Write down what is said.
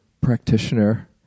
practitioner